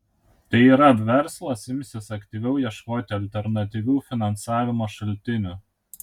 tai yra verslas imsis aktyviau ieškoti alternatyvių finansavimo šaltinių